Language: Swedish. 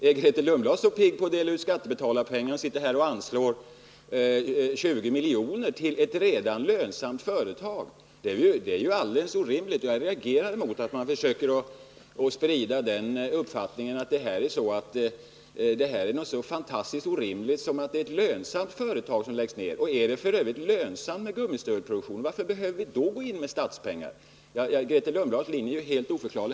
Är Grethe Lundblad så pigg på att dela ut skattebetalarnas pengar att hon sitter här och röstar för bidrag på 20 milj.kr. till ett redan lönsamt företag? Det är ju alldeles orimligt. Jag reagerar mot att man försöker sprida uppfattningen att det här rör sig om någonting så fantastiskt orimligt som att ett lönsamt företag läggs ned. Är det lönsamt med gummistövelsproduktion måste man fråga sig varför vi behöver skjuta till statspengar. Herr talman! Grethe Lundblads linje är helt oförklarlig.